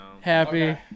happy